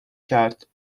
کرد